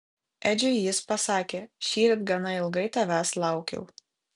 edžiui jis pasakė šįryt gana ilgai tavęs laukiau